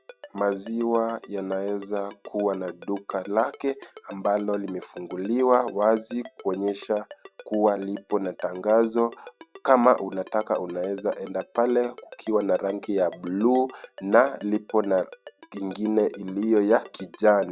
Maziwa yanaweza kuwa na duka lake ambalo limefunguliwa, wazi kukonyesha kuwa lipo na tangazo. Kama unataka unaeza eda pale, ukiwa na ranki ya bluu na lipo na ingine iliyo ya kijani.